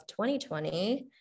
2020